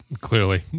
clearly